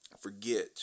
forget